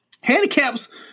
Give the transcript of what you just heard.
handicaps